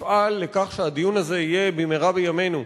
תפעל לכך שהדיון הזה יהיה במהרה בימינו.